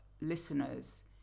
listeners